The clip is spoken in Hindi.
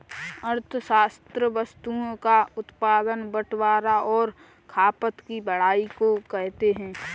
अर्थशास्त्र वस्तुओं का उत्पादन बटवारां और खपत की पढ़ाई को कहते हैं